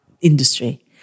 industry